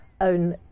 own